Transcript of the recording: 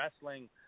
wrestling